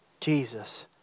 Jesus